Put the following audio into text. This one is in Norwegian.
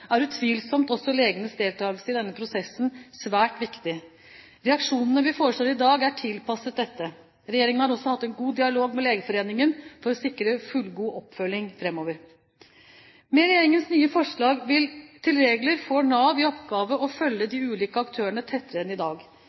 er utvilsomt også legenes deltagelse i denne prosessen svært viktig. Reaksjonene vi foreslår i dag, er tilpasset dette. Regjeringen har også hatt en god dialog med Legeforeningen for å sikre fullgod oppfølging framover. Med regjeringens nye forslag til regler får Nav i oppgave å følge de ulike aktørene tettere enn i dag.